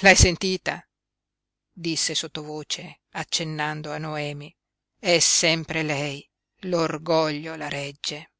l'hai sentita disse sottovoce accennando a noemi è sempre lei l'orgoglio la regge